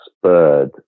spurred